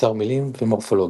אוצר מילים ומורפולוגיה.